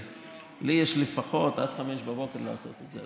לי לפחות יש עד 05:00 לעשות את זה,